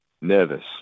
Nervous